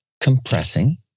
compressing